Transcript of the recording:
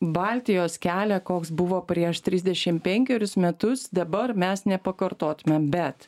baltijos kelią koks buvo prieš trisdešimt penkerius metus dabar mes nepakartotumėm bet